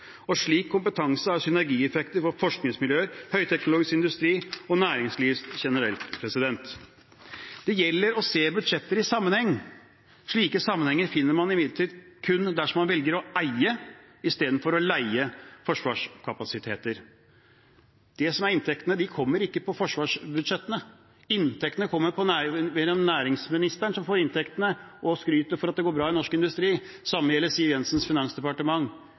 Slik kompetanse har synergieffekter for forskningsmiljøer, høyteknologisk industri og næringslivet generelt. Det gjelder å se budsjetter i sammenheng. Slike sammenhenger finner man imidlertid kun dersom man velger å eie istedenfor å leie forsvarskapasiteter. Inntektene kommer ikke på forsvarsbudsjettene. Det er næringsministeren som får inntektene og skrytet for at det går bra i norsk industri. Det samme gjelder Siv Jensens finansdepartement.